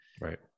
Right